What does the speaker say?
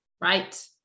right